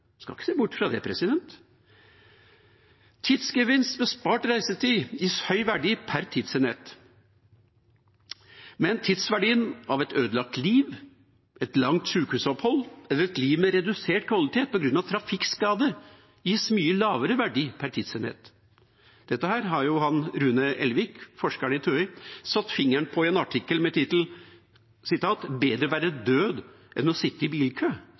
skal ikke se bort fra det. Tidsgevinst ved spart reisetid gir høy verdi per tidsenhet. Men tidsverdien av et ødelagt liv og et langt sykehusopphold, eller et liv med redusert kvalitet pga. trafikkskade, gir mye lavere verdi per tidsenhet. Dette har Rune Elvik, forsker ved TØI, satt fingeren på i en artikkel med tittelen «Bedre å være død enn å sitte i bilkø?».